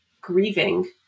grieving